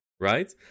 right